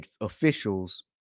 officials